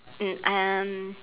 um um